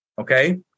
okay